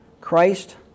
Christ